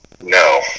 No